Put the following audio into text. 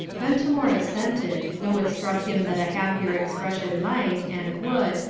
ventimore assented, though it struck him that a happier expression might, and would,